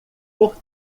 por